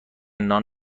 نان